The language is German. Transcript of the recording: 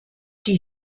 die